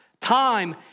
time